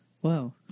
whoa